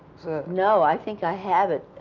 no, i think i have it,